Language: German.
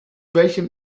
welchem